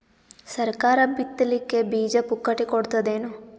ಸರಕಾರ ಬಿತ್ ಲಿಕ್ಕೆ ಬೀಜ ಪುಕ್ಕಟೆ ಕೊಡತದೇನು?